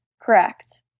Correct